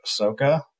Ahsoka